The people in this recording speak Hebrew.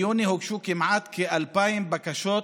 ביוני הוגשו כמעט 2,000 בקשות